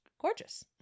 gorgeous